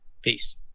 Peace